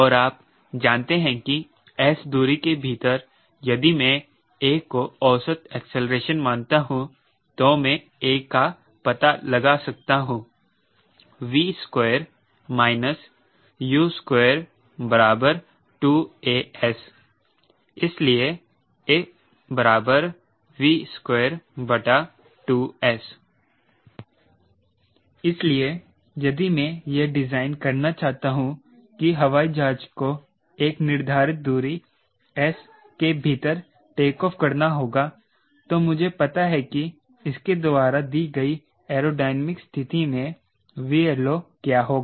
और आप जानते हैं कि इस s दूरी के भीतर यदि मै a को औसत एक्सेलरेशन मानता हूं तो मैं a का पता लगा सकता हूं 𝑉2 − 𝑈2 2𝑎𝑠 इसलिए a V22s इसलिए यदि मैं यह डिजाइन करना चाहता हूं कि हवाई जहाज को एक निर्धारित दूरी s के भीतर टेकऑफ करना होगा तो मुझे पता है कि इसके द्वारा दी गई एयरोडायनामिक स्थिति में 𝑉LO क्या होगा